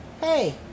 hey